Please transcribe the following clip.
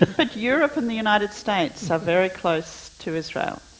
but europe and the united states are very close to israel.